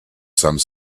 some